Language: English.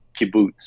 kibbutz